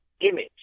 image